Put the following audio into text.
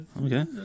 Okay